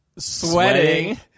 Sweating